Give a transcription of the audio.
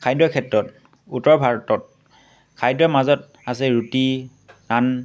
খাদ্যৰ ক্ষেত্ৰত উত্তৰ ভাৰতত খাদ্যৰ মাজত আছে ৰুটি নান